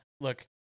look